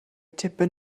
tipyn